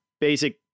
basic